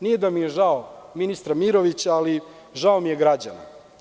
Nije da mi je žao ministra Mirovića, ali žao mi je građana.